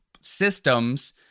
systems